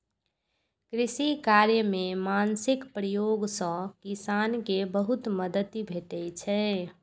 कृषि कार्य मे मशीनक प्रयोग सं किसान कें बहुत मदति भेटै छै